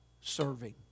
serving